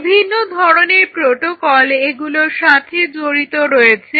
বিভিন্ন ধরনের প্রটোকল এগুলোর সাথে জড়িত রয়েছে